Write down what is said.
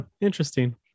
interesting